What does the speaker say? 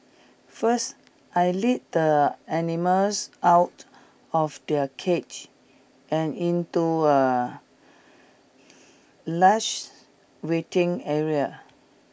first I lead the animals out of their cage and into a leashed waiting area